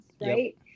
right